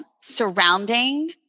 surrounding